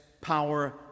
power